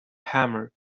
hammer